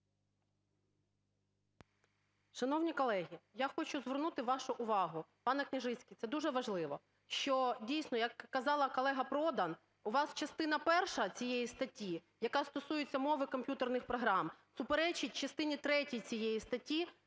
Шановні колеги, я хочу звернути вашу увагу, пане Княжицький, це дуже важливо, що, дійсно, як казала колега Продан, у вас частина перша цієї статті, яка стосується мови комп'ютерних програм, суперечить частині третій цієї статті,